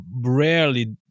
rarely